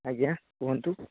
ଆଜ୍ଞା କୁହନ୍ତୁ